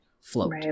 float